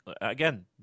again